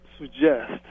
suggest